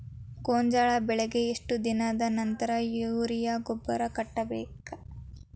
ಗೋಂಜಾಳ ಬೆಳೆಗೆ ಎಷ್ಟ್ ದಿನದ ನಂತರ ಯೂರಿಯಾ ಗೊಬ್ಬರ ಕಟ್ಟಬೇಕ?